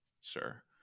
sir